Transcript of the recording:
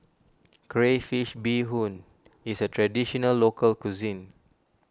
Crayfish BeeHoon is a Traditional Local Cuisine